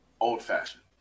old-fashioned